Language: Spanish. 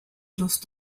los